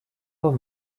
вам